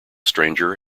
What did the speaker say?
stranger